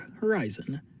horizon